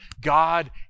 God